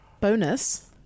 Bonus